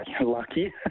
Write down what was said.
lucky